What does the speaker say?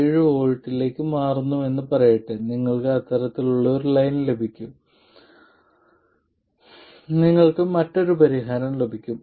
7 V ലേക്ക് മാറുന്നുവെന്ന് പറയട്ടെ നിങ്ങൾക്ക് അത്തരത്തിലുള്ള ഒരു ലൈൻ ലഭിക്കും നിങ്ങൾക്ക് മറ്റൊരു പരിഹാരം ലഭിക്കും